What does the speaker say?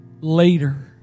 later